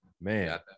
Man